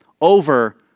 over